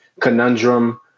conundrum